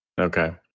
Okay